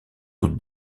doute